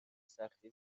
سختی